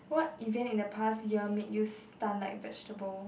what event in the past year make you stun like vegetable